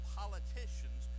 politicians